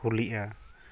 ᱦᱩᱞᱤᱜᱼᱟ